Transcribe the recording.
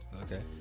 Okay